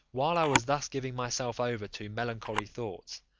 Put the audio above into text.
while i was thus giving myself over to melancholy thoughts,